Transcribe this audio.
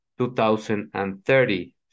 2030